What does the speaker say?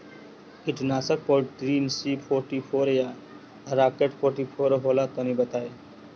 कीटनाशक Polytrin C forty four या Rocket forty four होला तनि बताई?